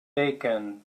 bacon